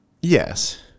Yes